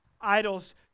Idols